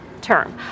term